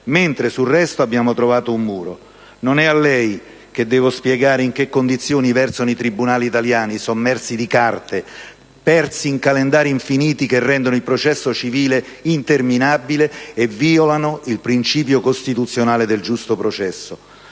mentre sul resto abbiamo trovato un muro. Non è a lei, onorevole Ministro, che devo spiegare in che condizioni versano i tribunali italiani, sommersi di carte, persi in calendari infiniti che rendono il processo civile interminabile e violano il principio costituzionale del giusto processo.